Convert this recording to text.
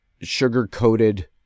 sugar-coated